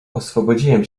oswobodziłem